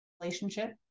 relationship